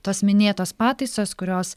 tos minėtos pataisos kurios